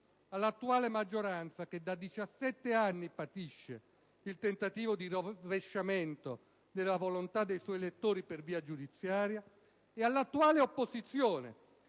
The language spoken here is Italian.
All'attuale maggioranza, che da 17 anni patisce il tentativo di rovesciamento della volontà dei suoi elettori per via giudiziaria; e all'attuale opposizione,